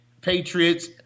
Patriots